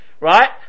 Right